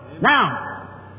Now